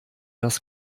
das